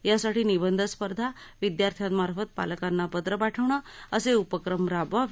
यासाठी निबंध स्पर्धा विदयार्थ्यामार्फत पालकांना पत्रे पाठविणे असे उपक्रम राबवावे